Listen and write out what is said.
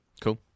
Cool